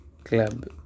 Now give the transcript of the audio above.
Club